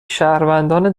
شهروندان